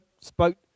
spoke